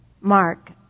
Mark